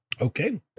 okay